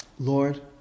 Lord